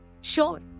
Sure